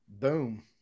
Boom